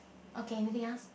okay anything else